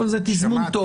אבל זה תזמון טוב.